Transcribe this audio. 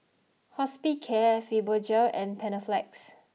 Hospicare Fibogel and Panaflex